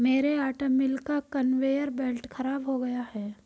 मेरे आटा मिल का कन्वेयर बेल्ट खराब हो गया है